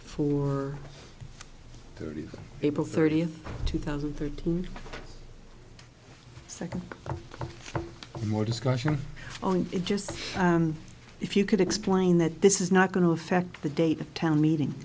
for thirty april thirtieth two thousand and thirteen so more discussion on it just if you could explain that this is not going to affect the date of town meeting